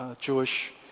Jewish